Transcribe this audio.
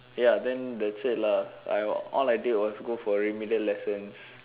ya then that's it lah I all I did was go for remedial lessons